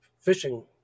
fishing